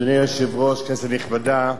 אדוני היושב-ראש, כנסת נכבדה,